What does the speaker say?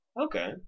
Okay